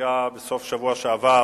שהיה בסוף השבוע שעבר,